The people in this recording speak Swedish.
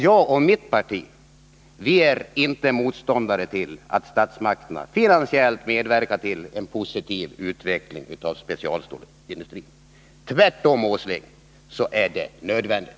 — Jag och mitt parti är inte motståndare till att statsmakterna finansiellt medverkar till en positiv utveckling av specialstålsindustrin. Tvärtom, herr Åsling, är det nödvändigt.